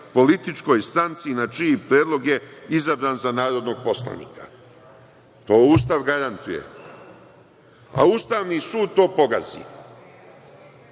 političkoj stranci na čiji predlog je izabran za narodnog poslanika. To Ustav garantuje. A Ustavni sud to pogazi.